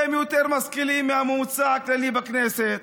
שהם יותר משכילים מהממוצע הכללי בכנסת: